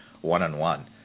one-on-one